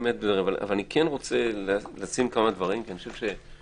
אבל אני כן רוצה לשים כמה דברים על השולחן.